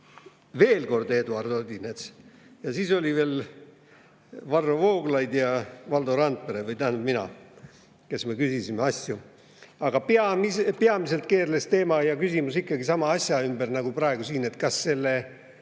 veel kord Eduard Odinets ja siis olid veel Varro Vooglaid ja Valdo Randpere, tähendab, mina, kes asju küsisid. Peamiselt keerles teema ja küsimused ikkagi sama asja ümber nagu praegu siin, et kas selle